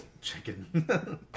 Chicken